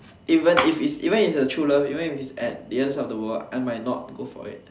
even if it's even it's a true love even if it's at the other side of the world I might not go for it